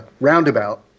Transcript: roundabout